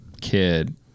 kid